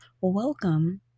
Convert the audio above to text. welcome